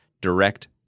direct